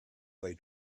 they